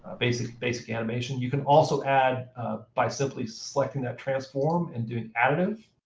basic basic animation. you can also add by simply selecting that transform and doing additive,